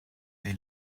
they